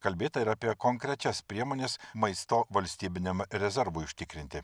kalbėta ir apie konkrečias priemones maisto valstybiniam rezervui užtikrinti